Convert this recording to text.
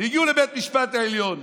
והגיעו לבית המשפט העליון.